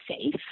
safe